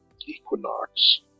equinox